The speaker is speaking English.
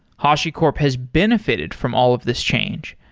hashicorp has benefited from all of this change.